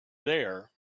there